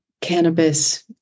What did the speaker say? cannabis